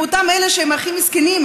מאותם אלה שהם הכי מסכנים,